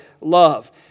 love